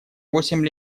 восемь